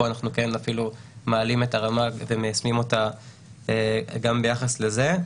פה אנחנו מעלים את הרמה ומיישמים אותה גם ביחס לזה.